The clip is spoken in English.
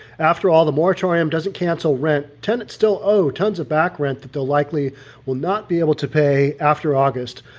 after all, the moratorium doesn't cancel rent, tenants still owe tons of back rent that they'll likely will not be able to pay after august,